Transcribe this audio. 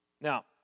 Now